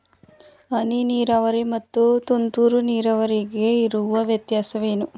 ಹನಿ ನೀರಾವರಿ ಮತ್ತು ತುಂತುರು ನೀರಾವರಿಗೆ ಇರುವ ವ್ಯತ್ಯಾಸವೇನು?